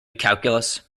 calculus